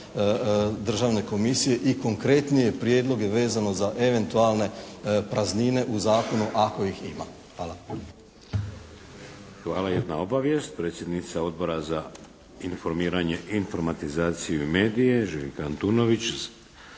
Hvala. Jedna obavijest. Predsjednica Odbora za informiranje, informatizaciju i medije Željka Antunović,